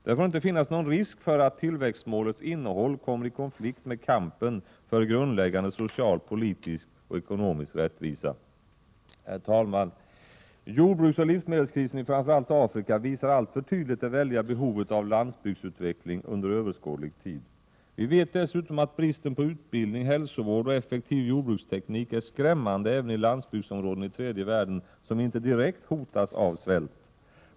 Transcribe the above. Det får inte finnas någon risk för att tillväxtmålets innehåll kommer i konflikt med kampen för grundläggande social, politisk och ekonomisk rättvisa. Herr talman! Jordbruksoch livsmedelskrisen i framför allt Afrika visar alltför tydligt det väldiga behovet av landsbygdsutveckling under överskådlig tid. Vi vet dessutom att bristen på utbildning, hälsovård och effektiv jordbruksteknik är skrämmande även i landsbygdsområden i tredje världen som inte direkt hotas av svält.